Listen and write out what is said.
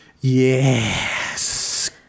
yes